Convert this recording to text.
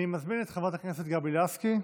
אני מזמין את חברת הכנסת גבי לסקי.